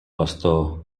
bastó